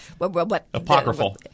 apocryphal